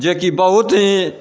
जेकि बहुत ही